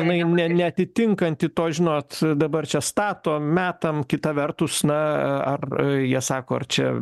jinai ne neatitinkanti to žinot dabar čia statom metam kita vertus na ar jie sako ar čia